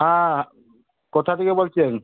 হ্যাঁ কোথা থেকে বলছেন